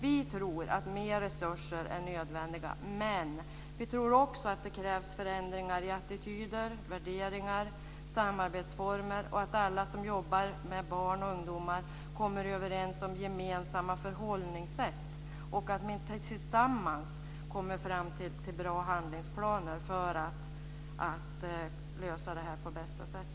Vi tror att mer resurser är nödvändiga, men vi tror också att det krävs förändringar i attityder, värderingar och samarbetsformer. Alla som jobbar med barn och ungdomar måste komma överens om gemensamma förhållningssätt. Det är viktigt att man tillsammans kommer fram till bra handlingsplaner för att lösa detta på bästa sätt.